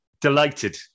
Delighted